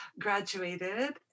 graduated